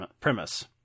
premise